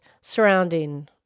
surrounding